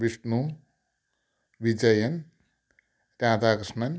Vishnu Vijayan Radhakrishnan